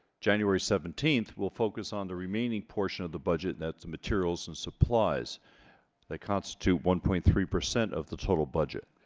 january seventeenth will focus on the remaining portion of the budget that the materials and supplies they constitute one-point-three percent of the total budget.